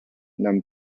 non